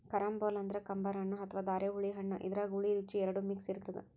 carambola ಅಂದ್ರ ಕಂಬರ್ ಹಣ್ಣ್ ಅಥವಾ ಧಾರೆಹುಳಿ ಹಣ್ಣ್ ಇದ್ರಾಗ್ ಹುಳಿ ರುಚಿ ಎರಡು ಮಿಕ್ಸ್ ಇರ್ತದ್